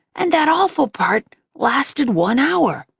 and that awful part lasted one hour.